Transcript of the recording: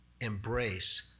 embrace